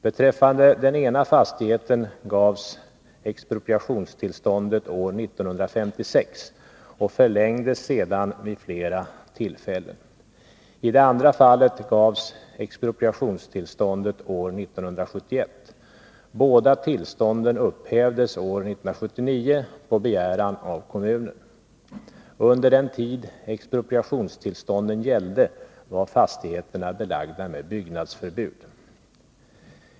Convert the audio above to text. Beträffande den ena fastigheten gavs expropriationstillståndet år 1956, och det förlängdes sedan vid flera tillfällen. I det andra fallet gavs expropriationstillståndet år 1971. Båda tillstånden upphävdes år 1979 på begäran av kommunen. Under den tid expropriationstillstånden gällde var fastigheterna belagda med byggnadsförbud.